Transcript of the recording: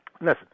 Listen